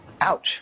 Ouch